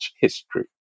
history